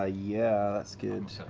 ah yeah, that's good.